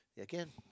Again